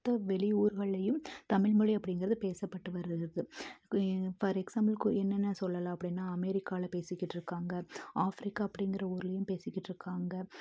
மற்ற வெளி ஊர்கள்லேயும் தமிழ் மொழி அப்படிங்கறது பேசப்பட்டு வருது ஃபார் எக்ஸாம்புளுக்கு ஒரு என்னென்ன சொல்லலாம் அப்படின்னா அமெரிக்காவில் பேசிக்கிட்டிருக்காங்க ஆஃப்ரிக்கா அப்படிங்கற ஊருலேயும் பேசிக்கிட்டிருக்காங்க